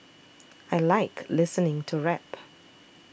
I like listening to rap